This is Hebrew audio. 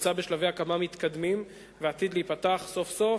נמצא בשלבי הקמה מתקדמים ועתיד להיפתח סוף-סוף